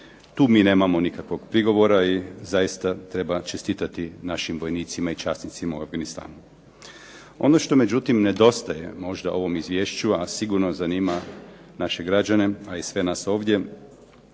Tu mi nemamo nikakvog prigovora i zaista treba čestitati našim vojnicima i časnicima u Afganistanu. Ono što međutim nedostaje možda ovom izvješću, a sigurno zanima naše građane, a i sve nas ovdje